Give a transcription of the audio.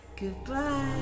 Goodbye